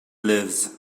lives